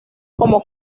como